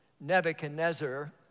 Nebuchadnezzar